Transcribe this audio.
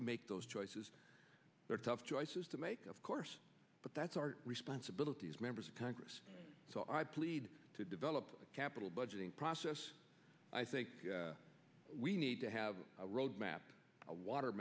to make those choices there are tough choices to make of course but that's our responsibility as members of congress so i plead to develop a capital budgeting process i think we need to have a road map a water